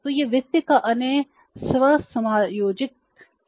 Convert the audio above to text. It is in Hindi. तो यह वित्त का अन्य स्व समायोजन स्रोत है